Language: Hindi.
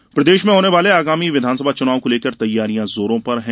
चुनाव तैयारी प्रदेश में होने वाले आगामी विधानसभा चुनाव को लेकर तैयारियां जोरों पर है